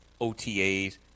OTAs